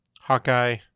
Hawkeye